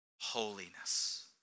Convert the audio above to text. holiness